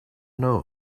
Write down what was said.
know